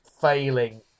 failing